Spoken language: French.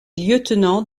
lieutenant